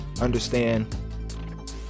understand